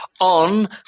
on